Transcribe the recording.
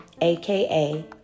AKA